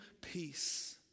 peace